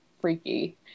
freaky